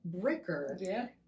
Bricker